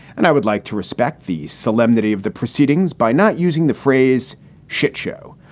and i would like to respect the solemnity of the proceedings by not using the phrase shit show.